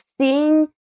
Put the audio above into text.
seeing